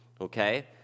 okay